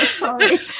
sorry